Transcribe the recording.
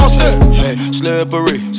slippery